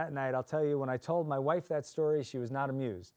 that night i'll tell you when i told my wife that story she was not amused